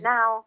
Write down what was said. Now